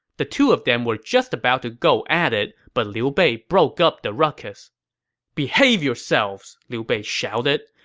the two of them were just about to go at it, but liu bei broke up the ruckus behave yourselves! liu bei shouted,